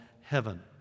heaven